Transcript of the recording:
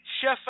Chef